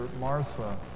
Martha